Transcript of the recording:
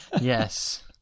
Yes